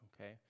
okay